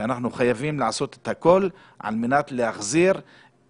ואנחנו חייבים לעשות הכול על מנת להחזיר אותם לפעילות.